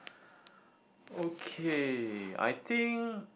okay I think